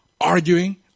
arguing